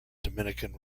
dominican